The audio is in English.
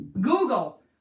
Google